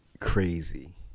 crazy